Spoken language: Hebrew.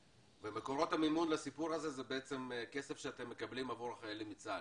ומקורות המימון לסיפור הזה זה בעצם כסף שאתם מקבלים עבור החיילים מצה"ל,